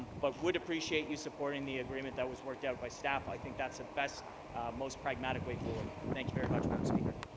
but would appreciate you supporting the agreement that was worked out by staff. i think that's a best most pragmatic way forward. thank you very much, madam speaker.